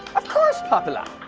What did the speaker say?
of course, popula.